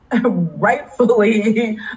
rightfully